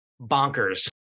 bonkers